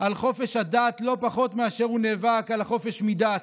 על חופש הדת לא פחות מאשר הוא נאבק על החופש מדת.